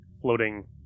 floating